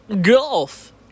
Golf